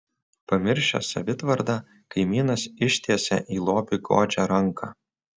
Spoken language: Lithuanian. pamiršęs savitvardą kaimynas ištiesia į lobį godžią ranką